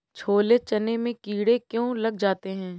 छोले चने में कीड़े क्यो लग जाते हैं?